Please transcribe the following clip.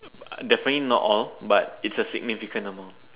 definitely not all but it's a significant amount